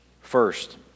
First